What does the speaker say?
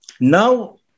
Now